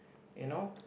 you know